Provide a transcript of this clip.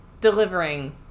delivering